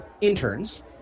interns